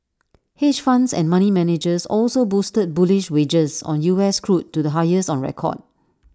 hedge funds and money managers also boosted bullish wagers on U S crude to the highest on record